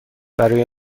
برای